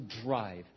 drive